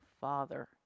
Father